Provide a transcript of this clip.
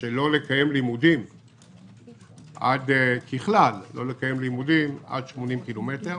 שלא לקיים לימודים ככלל עד 80 קילומטרים